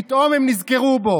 פתאום הם נזכרו בו.